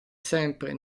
sempre